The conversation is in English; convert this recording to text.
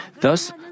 Thus